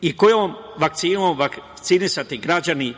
i kojom vakcinom vakcinisati građani